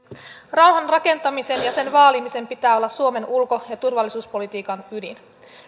rauhan rakentamisen ja sen vaalimisen pitää olla suomen ulko ja turvallisuuspolitiikan ydin